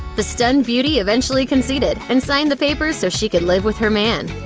the stunned beauty eventually conceded and signed the papers so she could live with her man.